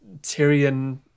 Tyrion